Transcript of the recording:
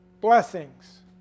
Blessings